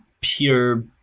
pure